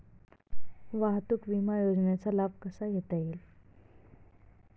वाहतूक विमा योजनेचा लाभ कसा घेता येईल?